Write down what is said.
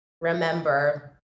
remember